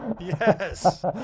Yes